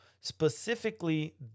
specifically